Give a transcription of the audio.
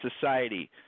society